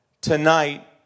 tonight